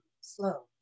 slow